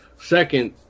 Second